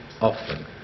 often